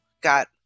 got